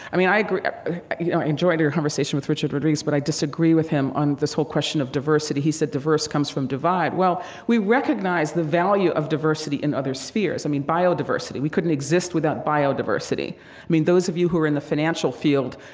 i mean, i agree you know, i enjoyed your conversation with richard rodriguez, but i disagree with him on this whole question of diversity. he said diverse comes from divide. well, we recognize the value of diversity in other spheres. i mean, biodiversity. we couldn't exist without biodiversity. i mean, those of you who are in the financial field,